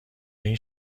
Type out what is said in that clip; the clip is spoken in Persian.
این